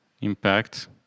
impact